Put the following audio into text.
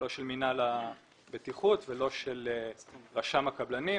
לא של מינהל הבטיחות ולא של רשם הקבלנים.